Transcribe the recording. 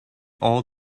all